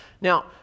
Now